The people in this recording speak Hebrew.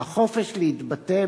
"החופש להתבטא,